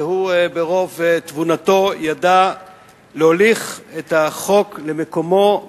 והוא ברוב תבונתו ידע להוליך את החוק למקומו,